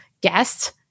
guest